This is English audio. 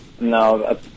No